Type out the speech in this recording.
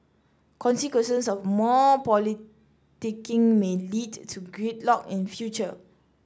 consequences of more politicking may lead to gridlock in future